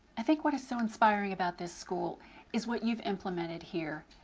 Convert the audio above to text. i think what is so inspiring about this school is what you've implemented here,